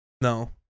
No